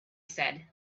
said